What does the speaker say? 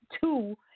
two